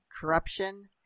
corruption